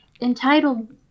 entitled